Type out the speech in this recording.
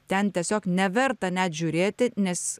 ten tiesiog neverta net žiūrėti nes